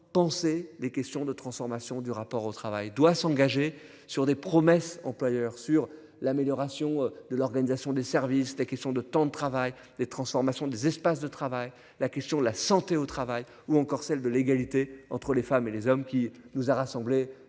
penser les questions de transformations du rapport au travail doit s'engager sur des promesses employeurs sur l'amélioration de l'organisation des services. La question de temps de travail. Les transformations des espaces de travail, la question de la santé au travail ou encore celle de l'égalité entre les femmes et les hommes qui nous a rassemblés